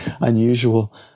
unusual